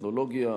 והטכנולוגיה.